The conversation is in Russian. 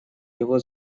его